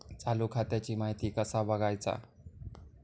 चालू खात्याची माहिती कसा बगायचा?